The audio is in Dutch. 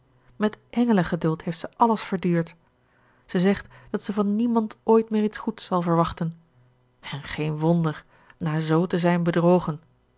met engelengeduld heeft zij alles verduurd zij zegt dat ze van niemand ooit meer iets goeds zal verwachten en geen wonder na zoo te zijn bedrogen